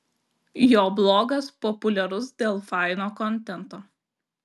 jo blogas populiarus dėl faino kontento